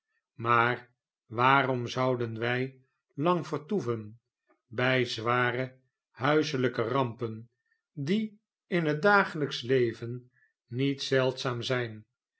maar waarom zouden wft lang vertoevenby zware huiselijke rampen die in het dagelh'ksch leven niet zeldzaam zijn